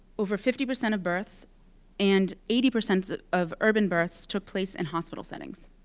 over fifty percent of births and eighty percent of urban births took place in hospital settings.